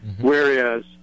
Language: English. whereas